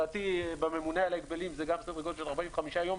לדעתי, בממונה על ההגבלים זה לוקח גם בערך 45 יום.